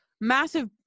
massive